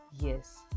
yes